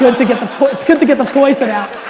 but to get the, good to get the poison out.